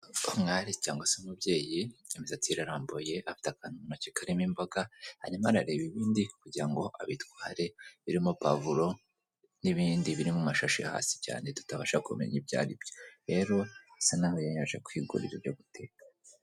Umwari cyangwa se umubyeyi, imisatsi ye irarambuye afite akantu mu ntoki karimo imboga, arimo arareba ibindi kugira ngo abitware birimo pavuro n'ibindi biri mu mashashi hasi cyane tutabasha kumenya ibyo ari byo. Rero bisa n'aho yari yaje kwigurira byo guteka.